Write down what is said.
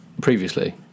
previously